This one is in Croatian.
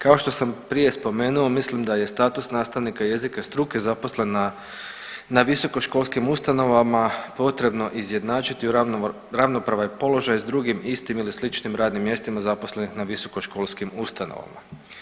Kao što sam prije spomenuo mislim da je status nastavnika jezika struke zaposlen na visokoškolskim ustanovama potrebno izjednačiti u ravnopravan položaj s drugim istim ili sličnim radnim mjestima zaposlenim na visokoškolskim ustanovama.